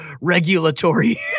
regulatory